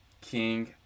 King